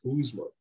Kuzma